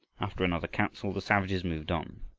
after another council the savages moved on.